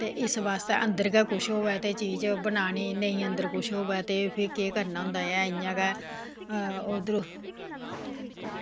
ते इस आस्तै अंदर गै होऐ ते चीज़ बनानी ते अगर अंदर किश नेईं होऐ ते केह् करना होंदा ते इंया गै ओह् उद्धर